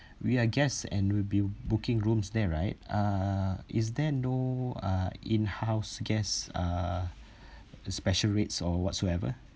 we are guests and we'll be booking rooms there right uh is there no uh in-house guests uh the special rates or whatsoever